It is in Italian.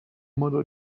modo